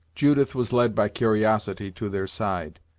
judith was led by curiosity to their side.